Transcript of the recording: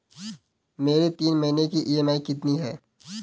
मेरी तीन महीने की ईएमआई कितनी है?